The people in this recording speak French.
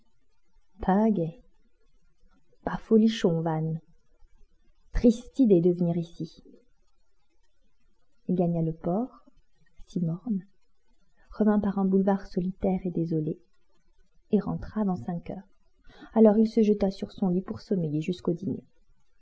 gai pas folichon vannes triste idée de venir ici il gagna le port si morne revint par un boulevard solitaire et désolé et rentra avant cinq heures alors il se jeta sur son lit pour sommeiller jusqu'au dîner